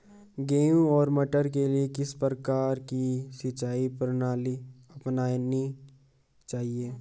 गेहूँ और मटर के लिए किस प्रकार की सिंचाई प्रणाली अपनानी चाहिये?